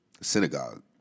Synagogue